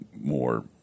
more